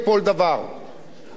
אני מאשים את שר האוצר